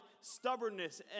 stubbornness